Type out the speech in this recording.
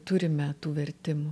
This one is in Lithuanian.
turime tų vertimų